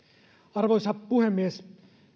arvoisa puhemies